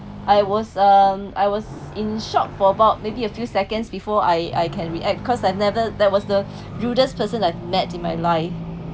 I was uh I was in shock for about maybe a few seconds before I I can react cause I've never there was the rudest person I've met in my life